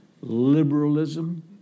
liberalism